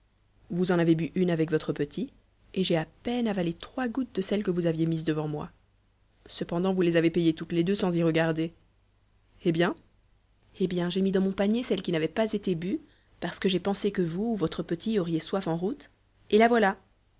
vous en avez bu une avec votre petit et j'ai à peine avalé trois gouttes de celle que vous aviez mise devant moi cependant vous les avez payées toutes les deux sans y regarder eh bien eh bien j'ai mis dans mon panier celle qui n'avait pas été bue parce que j'ai pensé que vous ou votre petit auriez soif en route et la voilà